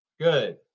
Good